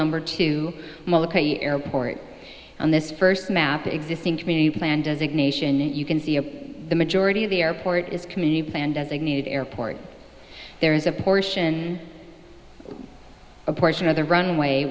number two airport on this first map the existing community plan does it nation and you can see a the majority of the airport is community van designated airport there is a portion a portion of the runway